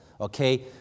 okay